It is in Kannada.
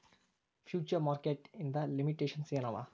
ಫ್ಯುಚರ್ ಮಾರ್ಕೆಟ್ ಇಂದ್ ಲಿಮಿಟೇಶನ್ಸ್ ಏನ್ ಏನವ?